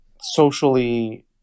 socially